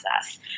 process